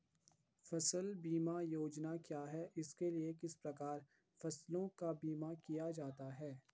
फ़सल बीमा योजना क्या है इसके लिए किस प्रकार फसलों का बीमा किया जाता है?